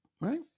right